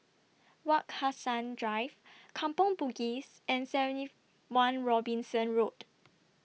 Wak Hassan Drive Kampong Bugis and seventy one Robinson Road